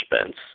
Spence